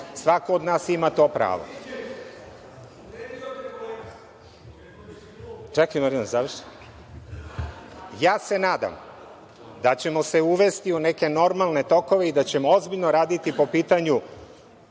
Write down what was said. svako od nas ima to pravo. Ja se nadam da ćemo se uvesti u neke normalne tokove i da ćemo ozbiljno raditi po pitanju